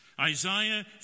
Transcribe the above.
Isaiah